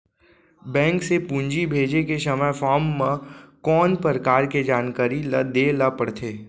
Bank से पूंजी भेजे के समय फॉर्म म कौन परकार के जानकारी ल दे ला पड़थे?